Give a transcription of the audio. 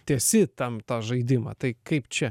tesi tam tą žaidimą tai kaip čia